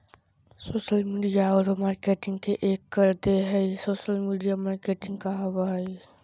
social media औरो marketing के एक कर देह हइ सोशल मिडिया मार्केटिंग कहाबय हइ